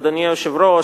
אדוני היושב-ראש,